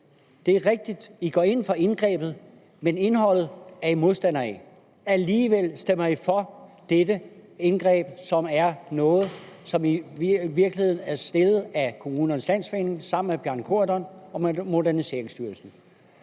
Det er rigtigt, at DF går ind for indgrebet, men indholdet er man modstander af. Alligevel stemmer man for dette indgreb, som er noget, som i virkeligheden er lavet af Kommunernes Landsforening sammen med finansministeren og Moderniseringsstyrelsen.